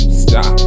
stop